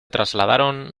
trasladaron